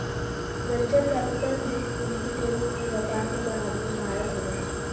venture capital बीज पूंजी के रूप में व्यापार के बढ़ावे में सहायक होवऽ हई